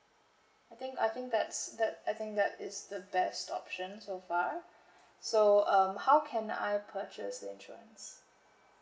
I think I think that's that I think that is the best option so far so um how can I purchase the insurance